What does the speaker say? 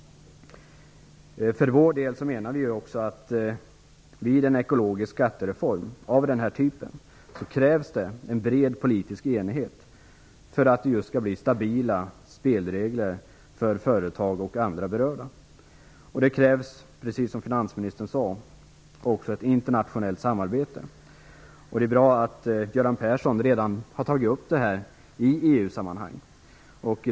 För vår del menar vi att den här typen av ekologisk skattereform kräver en bred politisk enighet för att det skall bli stabila spelregler för företag och andra berörda. Det krävs, precis som finansministern sade, också ett internationellt samarbete. Det är bra att Göran Persson redan har tagit upp detta i EU-sammanhang.